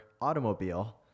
automobile